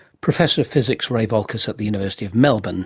professor of physics ray volkas at the university of melbourne